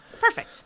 Perfect